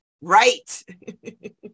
right